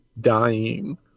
dying